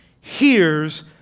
hears